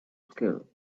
skill